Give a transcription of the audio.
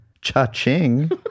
Cha-ching